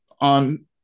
On